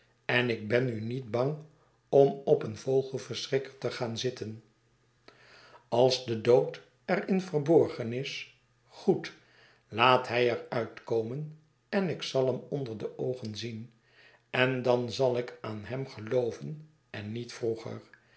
en ik ben nil niet bang om op een vogelverschrikker te gaan zitten als de dood er in verbors en is goed laat hij er uit komen en ik zal hem onder de oogen zien en dan zal ik aan hem gelooven en niet vroeger